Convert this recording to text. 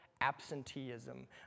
absenteeism